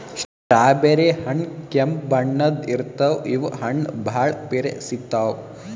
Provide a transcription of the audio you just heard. strawberry ಹಣ್ಣ್ ಕೆಂಪ್ ಬಣ್ಣದ್ ಇರ್ತವ್ ಇವ್ ಹಣ್ಣ್ ಭಾಳ್ ಪಿರೆ ಸಿಗ್ತಾವ್